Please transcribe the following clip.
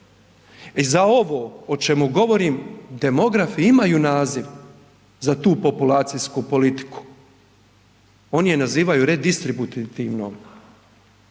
i za ovo o čemu govorim demografi imaju naziv za tu populacijsku politiku, oni je nazivaju redistributativnom.